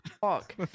Fuck